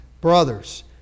brothers